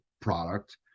product